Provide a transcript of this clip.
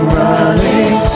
running